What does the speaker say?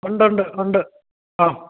ഉണ്ട് ഉണ്ട് ഉണ്ട് ആ